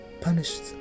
punished